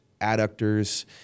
adductors